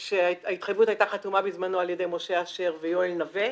ההתחייבות הייתה חתומה בזמנו על ידי משה אשר ויואל נווה,